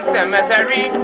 Cemetery